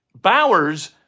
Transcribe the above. Bowers